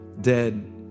dead